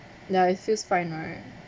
ya it feels fine right